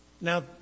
Now